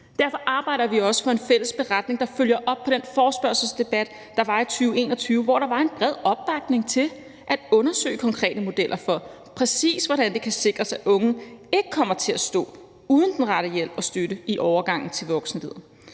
Derfor arbejder vi også for en fælles beretning, der følger op på den forespørgselsdebat, der var i 2021, hvor der var en bred opbakning til at undersøge konkrete modeller for, præcis hvordan det kan sikres, at unge ikke kommer til at stå uden den rette hjælp og støtte i overgangen til voksenlivet,